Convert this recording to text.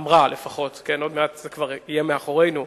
אמרה, עוד מעט זה כבר יהיה מאחורינו,